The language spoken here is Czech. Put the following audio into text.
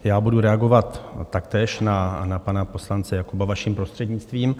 Já budu reagovat taktéž na pana poslance Jakoba, vaším prostřednictvím.